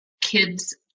kids